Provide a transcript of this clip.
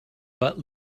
but